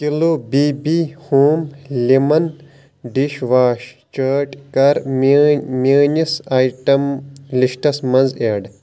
kilo B B home lemon dish wash چٲٹۍ کَر میٲنۍ میٲنِس آیٹم لسٹَس منٛز ایڈ